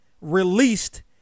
released